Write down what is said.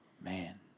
Man